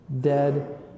dead